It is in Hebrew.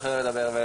והולכת,